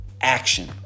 action